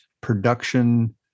production